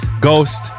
Ghost